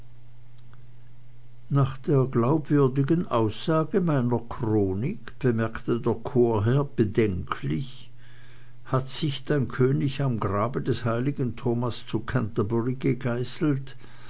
nach der glaubwürdigen aussage meiner chronik bemerkte der chorherr bedenklich hat sich dein könig am grabe des heiligen thomas zu canterbury gegeißelt